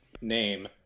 Name